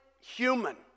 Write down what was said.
human